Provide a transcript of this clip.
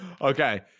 Okay